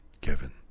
Kevin